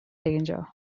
danger